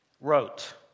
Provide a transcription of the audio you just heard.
wrote